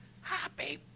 Happy